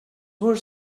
were